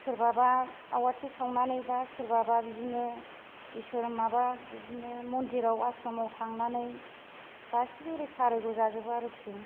सोरबाबा आवाथि सावनानै बा सोरबा बा बिदिनो इसोर माबा बिदिनो मन्दिराव आश्रमाव थांनानै गासिबो रैखा रैग' जाजोबो आरोखि